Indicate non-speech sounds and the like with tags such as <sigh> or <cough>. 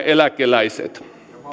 <unintelligible> eläkeläiset